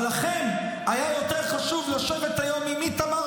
אבל לכם היה יותר חשוב לשבת היום עם איתמר